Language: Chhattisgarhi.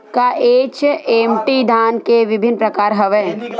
का एच.एम.टी धान के विभिन्र प्रकार हवय?